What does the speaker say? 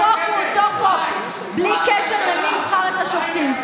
החוק הוא אותו חוק, בלי קשר למי יבחר את השופטים.